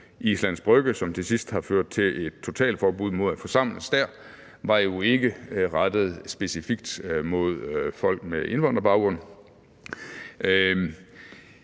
Islands Brygge, som til sidst førte til et totalforbud mod at forsamles dér, var jo ikke rettet specifikt mod folk med indvandrerbaggrund.